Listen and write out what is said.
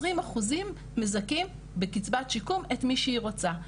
20 אחוזים מזכים בקצבת שיקום את מי שהיא רוצה,